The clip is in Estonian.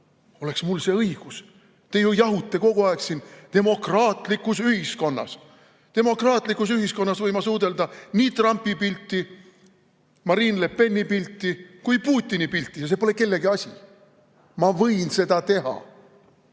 oleks mul see õigus. Te ju jahute kogu aeg siin, et demokraatlikus ühiskonnas ... Demokraatlikus ühiskonnas võin ma suudelda nii Trumpi pilti, Marine Le Peni pilti kui ka Putini pilti. Ja see pole kellegi asi. Ma võin seda teha.